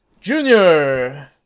Junior